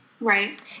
Right